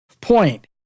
Point